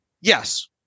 Yes